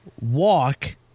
walk